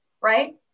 right